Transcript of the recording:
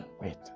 wait